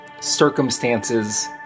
circumstances